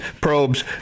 probes